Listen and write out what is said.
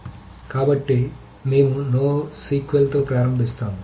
కాబట్టి మేము NoSQL తో ప్రారంభిస్తాము